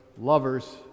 lovers